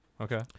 Okay